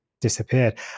disappeared